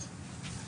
(ט)